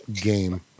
game